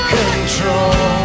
control